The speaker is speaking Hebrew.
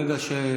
ברגע,